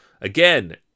Again